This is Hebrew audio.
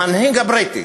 במנהיג הבריטי.